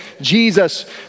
Jesus